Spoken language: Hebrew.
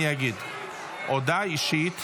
אני אגיד, הודעה אישית